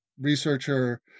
researcher